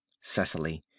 Cecily